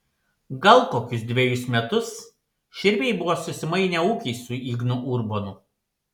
gal kokius dvejus metus širviai buvo susimainę ūkiais su ignu urbonu